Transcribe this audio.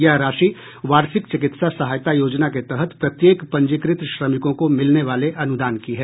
यह राशि वार्षिक चिकित्सा सहायता योजना के तहत प्रत्येक पंजीकृत श्रमिकों को मिलने वाले अनूदान की है